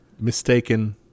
mistaken